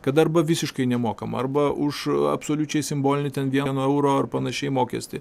kad arba visiškai nemokama arba už absoliučiai simbolinį ten vieno euro ar panašiai mokestį